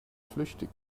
flüchtig